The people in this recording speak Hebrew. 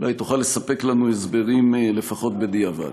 אולי היא תוכל לספק לנו הסברים, לפחות בדיעבד,